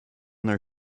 their